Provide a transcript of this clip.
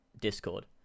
discord